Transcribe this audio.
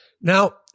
Now